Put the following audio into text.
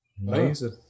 Amazing